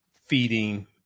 feeding